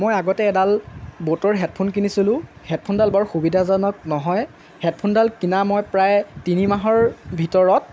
মই আগতে এবাৰ বোটৰ হেডফ'ন কিনিছিলোঁ হেডফ'নডাল বৰ সুবিধাজনক নহয় হেডফ'নডান কিনা মই প্ৰায় তিনি মাহৰ ভিতৰত